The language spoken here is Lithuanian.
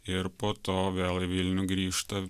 ir po to vėl į vilnių grįžta